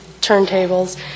turntables